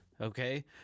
okay